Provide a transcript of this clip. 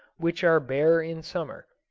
which are bare in summer.